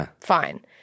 fine